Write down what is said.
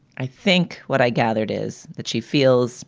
i think what i gathered is that she feels